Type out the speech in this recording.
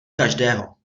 každého